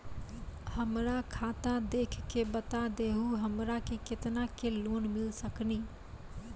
हमरा खाता देख के बता देहु हमरा के केतना के लोन मिल सकनी?